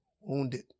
wounded